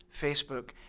Facebook